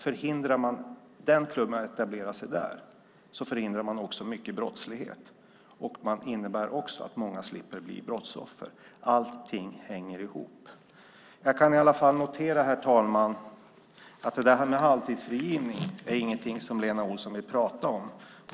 Förhindrar man dem att etablera sig där förhindrar man också mycket brottslighet, och det innebär att många slipper att bli brottsoffer. Allting hänger ihop. Jag kan i alla fall notera att det där med halvtidsfrigivning inte är någonting som Lena Olsson vill prata om.